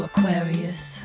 Aquarius